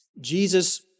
Jesus